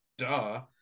Duh